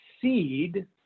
seed